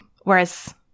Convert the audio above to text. Whereas